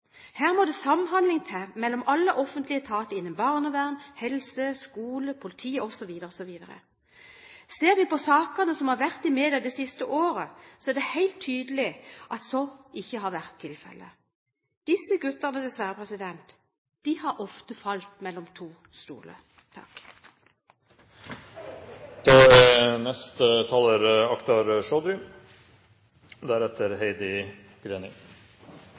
Her må det samhandling til mellom alle offentlige etater innen barnevern, helse, skole, politi osv. Ser vi på sakene som har vært i media det siste året, er det helt tydelig at så ikke har vært tilfelle. Disse guttene har dessverre ofte falt mellom to stoler. Jeg registrerer at det er